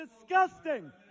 disgusting